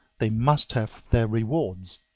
they must have their rewards.